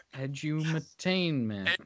Edutainment